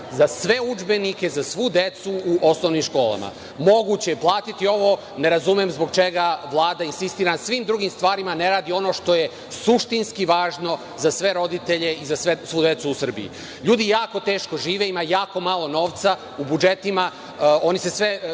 za sve udžbenike, za svu decu u osnovnim školama. Moguće je platiti ovo. Ne razumem zbog čega Vlada insistira na svim drugim stvarima, a ne radi ono što je suštinski važno za sve roditelje i za svu decu u Srbiji. LJudi jako teško žive i ima malo novca u budžetima. Oni se sve